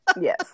Yes